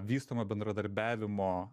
vystomojo bendradarbiavimo